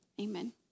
amen